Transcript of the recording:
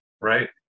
right